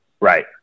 Right